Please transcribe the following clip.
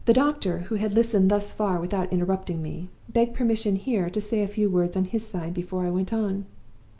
the doctor, who had listened thus far without interrupting me, begged permission here to say a few words on his side before i went on.